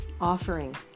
offering